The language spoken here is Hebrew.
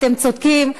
אתם צודקים,